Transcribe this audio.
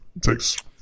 Takes